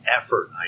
effort